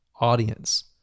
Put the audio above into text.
audience